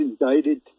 indicted